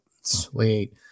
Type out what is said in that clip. Sweet